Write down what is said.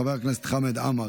חבר הכנסת חמד עמאר,